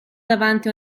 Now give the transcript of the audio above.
davanti